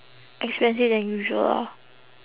expensive than usual ah